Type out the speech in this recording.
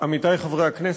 עמיתי חברי הכנסת,